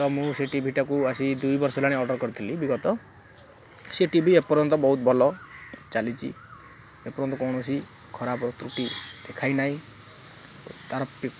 ତ ମୁଁ ସେ ଟିଭିଟାକୁ ଆସି ଦୁଇ ବର୍ଷ ହେଲାଣି ଅର୍ଡ଼ର୍ କରିଥିଲି ବିଗତ ସେ ଟିଭି ଏପର୍ଯ୍ୟନ୍ତ ବହୁତ ଭଲ ଚାଲିଛି ଏପର୍ଯ୍ୟନ୍ତ କୌଣସି ଖରାପ ତୃଟି ଦେଖାଇନାହିଁ ତା'ର